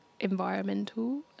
environmental